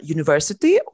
University